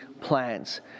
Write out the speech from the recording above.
plans